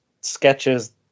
sketches